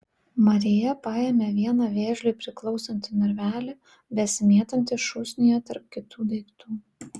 marija paėmė vieną vėžliui priklausantį narvelį besimėtantį šūsnyje tarp kitų daiktų